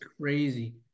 crazy